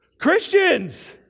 Christians